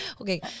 Okay